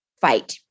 fight